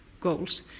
goals